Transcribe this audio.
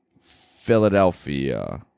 Philadelphia